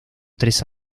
tres